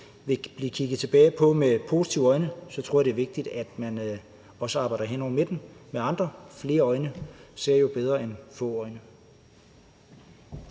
blive kigget tilbage på det med positive øjne, så tror jeg, det er vigtigt, at man også arbejder hen over midten med andre – flere øjne ser jo bedre end få øjne.